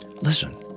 Listen